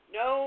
no